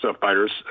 fighters